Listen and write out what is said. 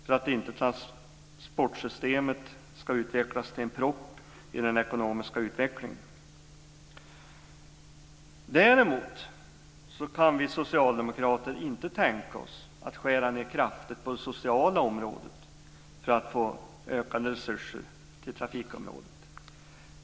Annars kan transportsystemet bli en propp i den ekonomiska utvecklingen. Däremot kan vi socialdemokrater inte tänka oss att skära ned kraftigt på det sociala området för att få ökade resurser till trafikområdet.